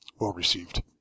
well-received